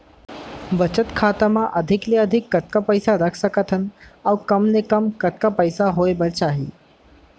बचत खाता मा अधिक ले अधिक कतका पइसा रख सकथन अऊ कम ले कम कतका पइसा होय बर चाही?